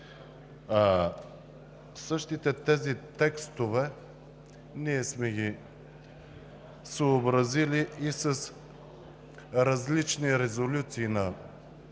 същите тези текстове ние сме ги съобразили и с различни резолюции на